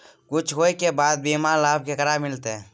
कुछ होय के बाद बीमा लाभ केकरा मिलते?